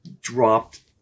dropped